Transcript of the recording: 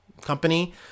company